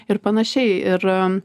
ir panašiai ir